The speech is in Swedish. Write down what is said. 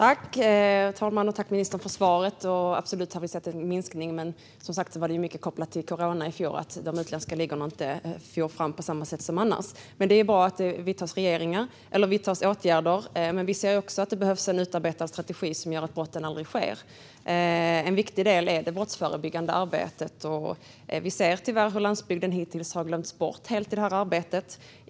Herr talman! Tack, ministern, för svaret! Vi har absolut sett en minskning, men i fjol var det som sagt mycket kopplat till corona att de utländska ligorna inte for fram på samma sätt som annars. Det är bra att det vidtas åtgärder, men vi ser också att det behövs en utarbetad strategi som gör att brotten aldrig sker. En viktig del är det brottsförebyggande arbetet. Vi ser tyvärr hur landsbygden hittills helt har glömts bort i detta arbete.